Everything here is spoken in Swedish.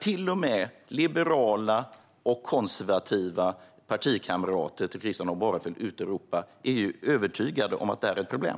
Till och med liberala och konservativa partikamrater till Christian Holm Barenfeld ute i Europa är övertygade om att detta är ett problem.